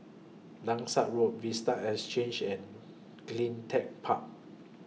Langsat Road Vista Exhange and CleanTech Park